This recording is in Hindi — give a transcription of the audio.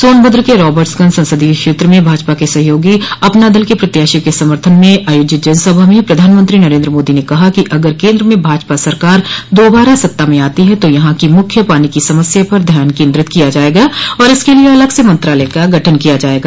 सोनभद्र के राबर्ट्सगंज संसदीय क्षेत्र में भाजपा के सहयोगी अपना दल के प्रत्याशी के समर्थन में आयोजित जनसभा में प्रधानमंत्री नरेन्द्र मोदी ने कहा कि अगर केन्द्र में भाजपा सरकार दोबारा सत्ता में आती है तो यहां की मुख्य पानी की समस्या पर ध्यान केन्द्रित किया जायेगा और इसके लिये अलग से मंत्रालय का गठन किया जायेगा